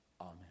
Amen